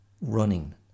running